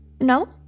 No